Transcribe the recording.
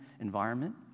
environment